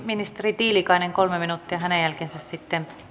ministeri tiilikainen kolme minuuttia hänen jälkeensä sitten